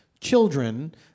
children